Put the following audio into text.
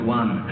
one